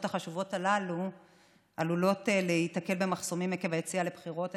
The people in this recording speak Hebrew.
החשובות הללו עלולות להיתקל במחסומים עקב היציאה לבחירות.